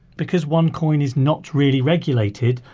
because onecoin is not really regulated,